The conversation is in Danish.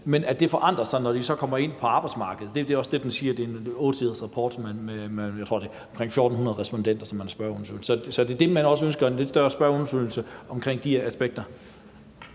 men at det forandrer sig, når de så kommer ind på arbejdsmarkedet. Det er også det, som den 8-sidersrapport med, jeg tror, det er omkring 1.400 respondenter, som man har spurgt, siger. Så er det det, man ønsker, altså en lidt større spørgeundersøgelse omkring de aspekter?